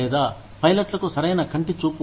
లేదా పైలట్లకు సరైన కంటి చూపు